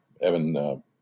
Evan